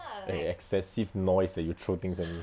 eh excessive noise eh you throw things at me